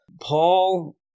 Paul